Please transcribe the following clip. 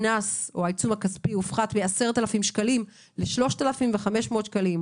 העיצום הכספי הופחת מ-10,000 שקלים ל-3,500 שקלים,